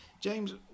James